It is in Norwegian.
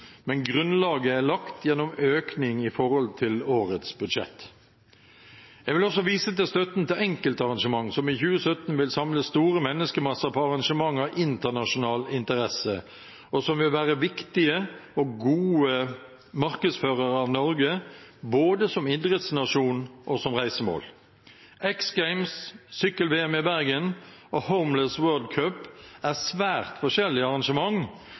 men grunnlaget er lagt gjennom økning i forhold til årets budsjett. Jeg vil også vise til støtten til enkeltarrangement som i 2017 vil samle store menneskemasser på arrangement av internasjonal interesse, og som vil være viktige og gode markedsførere av Norge både som idrettsnasjon og som reisemål. X Games, sykkel-VM i Bergen og Homeless World Cup er svært forskjellige arrangement, men store og viktige arrangement